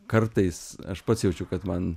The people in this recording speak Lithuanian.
kartais aš pats jaučiu kad man